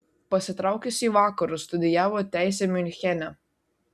pasitraukęs į vakarus studijavo teisę miunchene